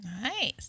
Nice